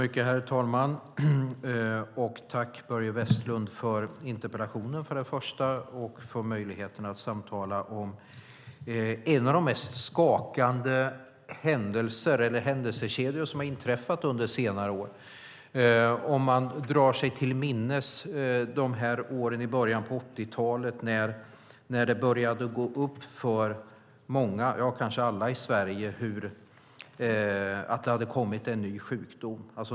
Herr talman! Tack, Börje Vestlund, för interpellationen allra först och för möjligheten att samtala om en av de mest skakande händelsekedjor som har inträffat under senare årtionden. Man kan dra sig till minnes åren i början av 80-talet när det började gå upp för många, kanske alla, i Sverige att det hade kommit en ny sjukdom.